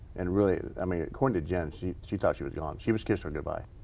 and really i mean according to jenn. she she thought she was gone. she was kissing her goodbye.